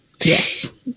Yes